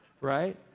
Right